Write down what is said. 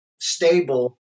Stable